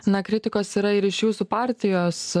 na kritikos yra ir iš jūsų partijos